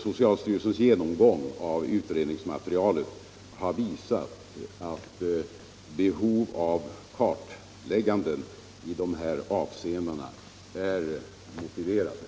Socialstyrelsens genomgång av utredningsmaterialet har visat att behov av klarlägganden i dessa avseenden föreligger.